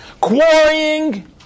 quarrying